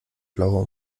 blauer